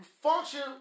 function